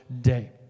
day